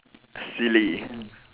silly